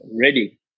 ready